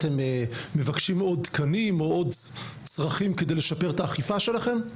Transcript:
אתם מבקשים עוד תקנים או עוד צרכים כדי לשפר את האכיפה שלכם?